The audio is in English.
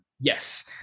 yes